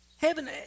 Heaven